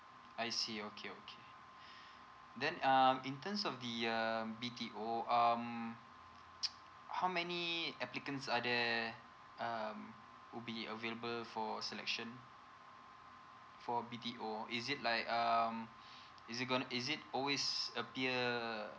I see okay okay then um in terms of the um B_T_O um how many applicants are there um would be available for selection for B_T_O is it like um is it going to is it always appear